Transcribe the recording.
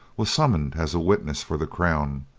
was summoned as witness for the crown,